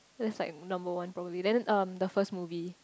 that's like number one probably then um the first movie